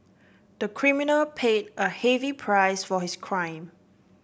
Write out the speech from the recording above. the criminal paid a heavy price for his crime